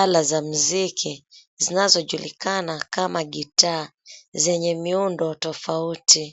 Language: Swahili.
Ala za muziki, zinazojulikana kama gitaa, zenye miundo tofauti.